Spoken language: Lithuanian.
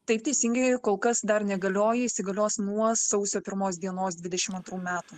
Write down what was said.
taip teisingai kol kas dar negalioja įsigalios nuo sausio pirmos dienos dvidešim antrų metų